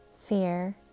fear